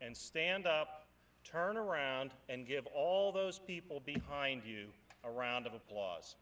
and stand up turn around and give all those people behind you a round of applause